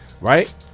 right